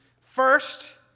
First